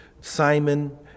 Simon